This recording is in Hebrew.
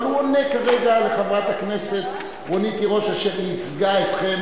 אבל הוא עונה כרגע לחברת הכנסת רונית תירוש אשר ייצגה אתכם